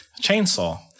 chainsaw